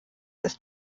ist